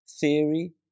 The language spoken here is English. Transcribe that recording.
theory